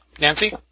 Nancy